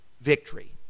victory